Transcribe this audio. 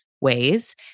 ways